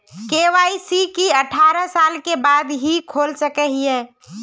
KYC की अठारह साल के बाद ही खोल सके हिये?